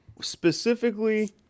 specifically